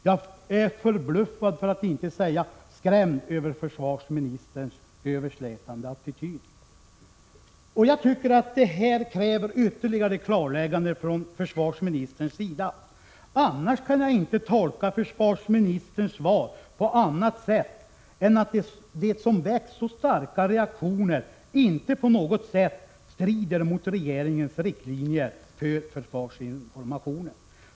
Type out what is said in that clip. Jag är förbluffad, för att inte säga skrämd, över försvarsministerns överslätande attityd. Jag tycker att det som hänt kräver ytterligare klarläggande från försvarsministerns sida. Utan ett sådant kan jag inte tolka försvarsministerns svar på annat sätt än att det som väckt så starka reaktioner inte på något sätt strider mot regeringens riktlinjer för försvarsinformationen.